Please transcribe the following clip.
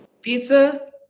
Pizza